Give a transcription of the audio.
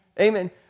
Amen